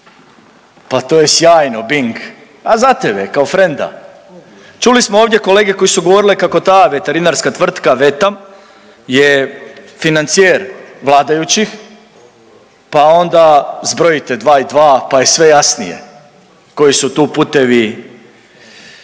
Pa to je sjajno! Bing. A za tebe kao frenda. Čuli smo ovdje kolege koji su govorile kako ta veterinarska tvrtka VETAM je financijer vladajućih, pa onda zbrojite dva i dva pa je sve jasnije koji su tu putevi